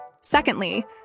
Secondly